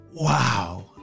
Wow